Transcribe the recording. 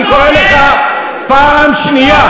אני קורא אותך לסדר פעם שנייה.